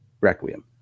Requiem